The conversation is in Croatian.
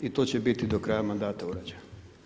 I to će biti do kraja mandata urađeno.